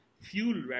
fuel